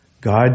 God